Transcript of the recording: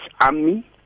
army